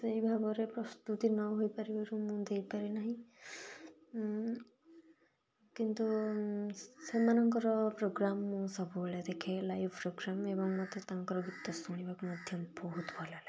ସେହି ଭାବରେ ପ୍ରସ୍ତୁତି ନ ହେଇ ପାରିବାରୁ ମୁଁ ଦେଇପାରି ନାହିଁ କିନ୍ତୁ ସେମାନଙ୍କର ପ୍ରୋଗ୍ରାମ୍ ମୁଁ ସବୁବେଳେ ଦେଖେ ଲାଇଭ୍ ପ୍ରୋଗ୍ରାମ୍ ଏବଂ ମୋତେ ତାଙ୍କର ଗୀତ ଶୁଣିବାକୁ ମଧ୍ୟ ବହୁତ ଭଲ ଲାଗେ